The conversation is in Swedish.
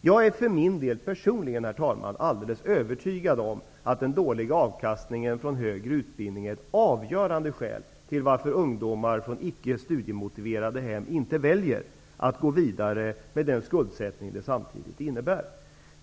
Jag är för min del, herr talman, personligen alldeles övertygad om att den dåliga avkastningen från högre utbildning är ett avgörande skäl till varför ungdomar från icke studiemotiverade hem inte väljer att gå vidare, med den skuldsättning det samtidigt innebär.